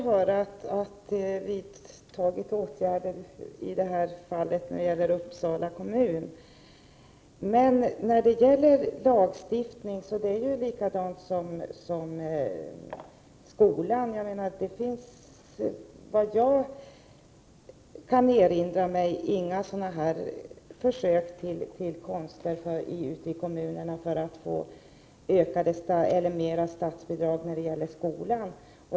Herr talman! Jag är glad över att få höra att det vidtagits åtgärder i fallet med Uppsala kommun. Lagstiftningen skall vara likadan som för skolan. Det finns, vad jag kan erinra mig, inga sådana här försök till konster ute i kommunerna för att få mer statsbidrag till skolan.